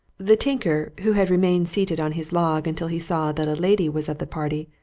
the tinker, who had remained seated on his log until he saw that a lady was of the party,